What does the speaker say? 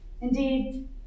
Indeed